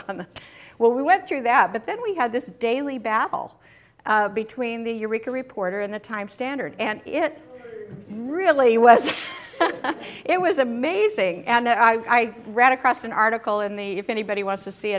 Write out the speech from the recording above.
off them well we went through that but then we had this daily battle between the eureka reporter and the time standard and it really was it was amazing and then i read across an article in the if anybody wants to see